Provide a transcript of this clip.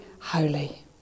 holy